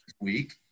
week